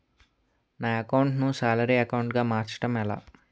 నా అకౌంట్ ను salary account గా మార్చటం ఎలా?